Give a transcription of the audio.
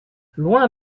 loin